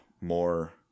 more